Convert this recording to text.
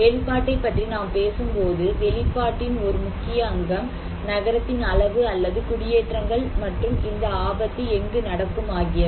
வெளிப்பாட்டைப் பற்றி நாம் பேசும்போது வெளிப்பாட்டின் ஒரு முக்கிய அங்கம் நகரத்தின் அளவு அல்லது குடியேற்றங்கள் மற்றும் இந்த ஆபத்து எங்கு நடக்கும் ஆகியவை